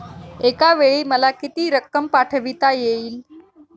एकावेळी मला किती रक्कम पाठविता येईल?